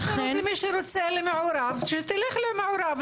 לכן --- אז שיתנו את האפשרות למי שרוצה למעורב שתלך למעורב.